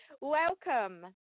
welcome